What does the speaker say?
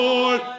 Lord